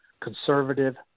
conservative